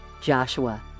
Joshua